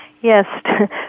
yes